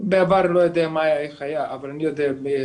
בעבר לא יודע איך היה, אבל אני יודע שמתום